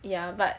ya but